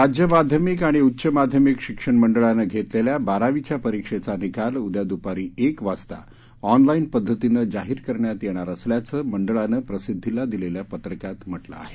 राज्य माध्यमिक आणि उच्च माध्यमिक शिक्षण मंडळानं घेतलेल्या बारावीच्या परिक्षेचा निकाल उद्या द्पारी एक वाजता ऑनलाईन पद्धतीनं जाहीर करण्यात येणार असल्याचं मंडळानं प्रसिद्वीला दिलेल्या पत्रकात म्हटलं आहे